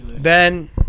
Ben